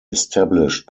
established